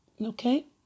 okay